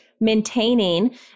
maintaining